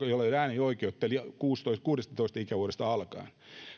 ei ole äänioikeutta eli kuudestatoista ikävuodesta alkaen